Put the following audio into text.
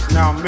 now